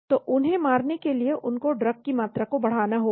तो उन्हें मारने के लिए इनको ड्रग की मात्रा को बढ़ाना होगा